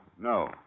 No